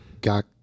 got